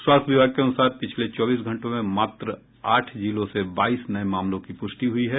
स्वास्थ्य विभाग के अनुसार पिछले चौबीस घंटों में मात्र आठ जिलों से बाईस नये मामलों की पुष्टि हुई है